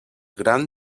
gran